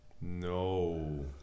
No